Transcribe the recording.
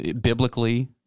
biblically